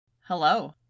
Hello